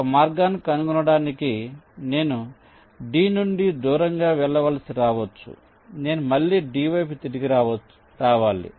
ఒక మార్గాన్ని కనుగొనటానికి నేను D నుండి దూరంగా వెళ్ళవలసి రావచ్చు నేను మళ్ళీ D వైపు తిరిగి రావాలి